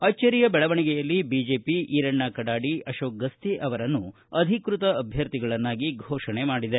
ಅಚ್ಚರಿಯ ಬೆಳವಣಿಗೆಯಲ್ಲಿ ಬಿಜೆಪಿ ಈರಣ್ಣ ಕಡಾಡಿ ಅಶೋಕ್ ಗುತಿ ಅವರನ್ನು ಅಧಿಕೃತ ಅಭ್ವರ್ಥಿಗಳನ್ನಾಗಿ ಘೋಷಣೆ ಮಾಡಿದೆ